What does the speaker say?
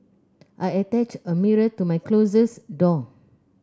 I attached a mirror to my closet door